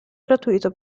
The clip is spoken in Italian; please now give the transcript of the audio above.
gratuito